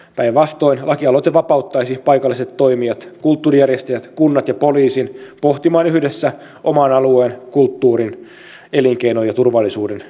päinvastoin lakialoite vapauttaisi paikalliset toimijat kulttuurijärjestäjät kunnat ja poliisin pohtimaan yhdessä oman alueen kulttuurin elinkeinon ja turvallisuuden kehittämistä